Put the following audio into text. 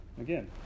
Again